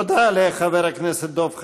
תודה לחבר הכנסת דב חנין.